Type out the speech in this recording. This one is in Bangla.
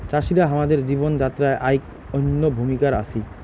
চাষিরা হামাদের জীবন যাত্রায় আইক অনইন্য ভূমিকার আছি